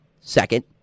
Second